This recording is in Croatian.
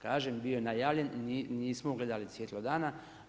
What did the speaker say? Kažem bio je najavljen i nismo ugledali svjetlo dana.